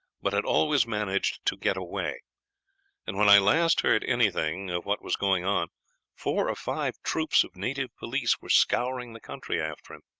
but had always managed to get away and when i last heard anything of what was going on four or five troops of native police were scouring the country after him.